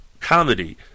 comedy